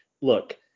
Look